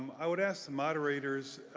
i would ask the moderators,